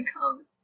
come